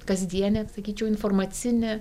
kasdienė sakyčiau informacinė